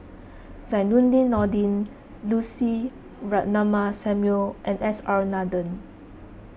Zainudin Nordin Lucy Ratnammah Samuel and S R Nathan